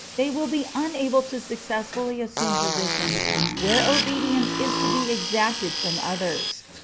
they will be unable to successfully assume positions where obedience is to be exacted from others.